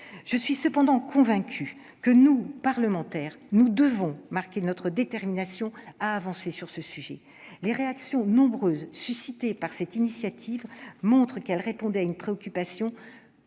Je suis cependant convaincue que nous, parlementaires, devons marquer notre détermination à avancer sur le sujet. Les réactions nombreuses suscitées par une telle initiative montrent qu'elle répondait à une préoccupation